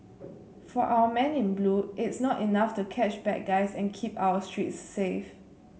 for our men in blue it's not enough to catch bad guys and keep our streets safe